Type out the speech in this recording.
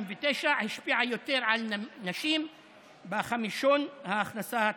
השפיעה יותר על נשים בחמישון ההכנסה התחתון.